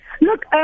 Look